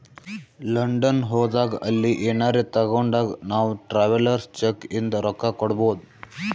London ಹೋದಾಗ ಅಲ್ಲಿ ಏನರೆ ತಾಗೊಂಡಾಗ್ ನಾವ್ ಟ್ರಾವೆಲರ್ಸ್ ಚೆಕ್ ಇಂದ ರೊಕ್ಕಾ ಕೊಡ್ಬೋದ್